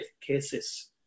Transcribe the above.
cases